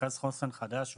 מרכז חוסן חדש ומקסים.